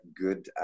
good